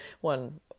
one